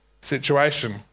situation